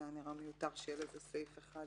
זה היה נראה מיותר שיהיה לזה סעיף אחד